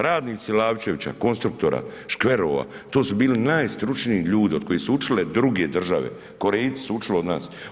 Radnici Lavčevića, Konstruktora, škverova, to su bili najstručniji ljudi od kojih su učile druge države, Korejci su učili od nas.